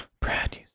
Brad